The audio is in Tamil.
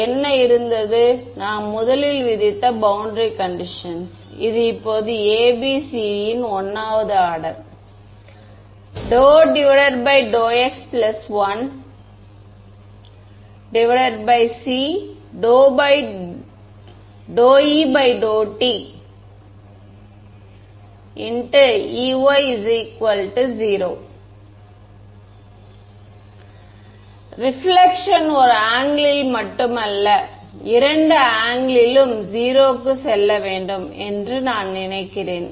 எனவே என்ன இருந்தது நாம் முதலில் விதித்த பௌண்டரி கண்டிஷன்ஸ் இது இப்போது ABC 1 வது order ∂E∂x 1c∂E∂t Ey𝟢 reflection ஒரு ஆங்கிள் ல் மட்டுமல்ல இரண்டு ஆங்கிள் ளிலும் 0 க்கு செல்ல வேண்டும் என்று நான் நினைக்கிறேன்